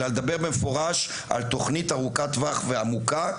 אלא לדבר במפורש על תוכנית ארוכת טווח ועמוקה,